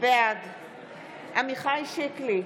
בעד עמיחי שיקלי,